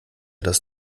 das